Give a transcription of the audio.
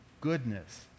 goodness